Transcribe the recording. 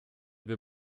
wir